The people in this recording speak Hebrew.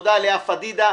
לאה פדידה.